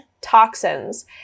toxins